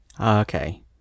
Okay